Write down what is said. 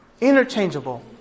interchangeable